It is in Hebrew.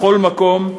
מכל מקום,